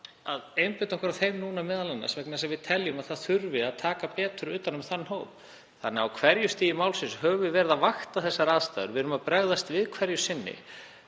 að einbeita okkur að þeim núna, m.a. vegna þess að við teljum að það þurfi að taka betur utan um þann hóp. Þannig að á hverju stigi málsins höfum við verið að vakta aðstæður. Við erum að bregðast við hverju sinni.